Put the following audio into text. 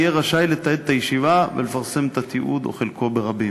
יהיה רשאי לתעד את הישיבה ולפרסם את התיעוד או את חלקו ברבים.